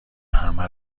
همه